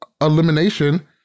elimination